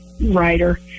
writer